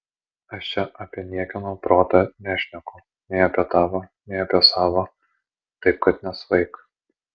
aš čia apie niekieno protą nešneku nei apie tavo nei apie savo taip kad nesvaik